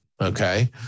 Okay